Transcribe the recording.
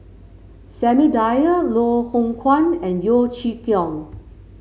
Samuel Dyer Loh Hoong Kwan and Yeo Chee Kiong